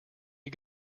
you